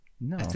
no